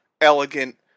elegant